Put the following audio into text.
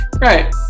right